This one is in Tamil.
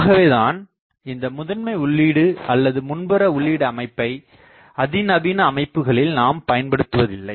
ஆகவே தான் இந்த முதன்மை உள்ளீடு அல்லது முன்புற உள்ளீடு அமைப்பை அதிநவீன அமைப்புகளில் நாம் பயன்படுத்துவதில்லை